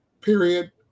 Period